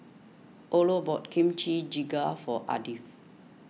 Orlo bought Kimchi Jjigae for Ardith